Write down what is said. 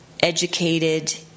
educated